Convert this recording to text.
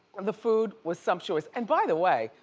um the food was sumptuous. and by the way,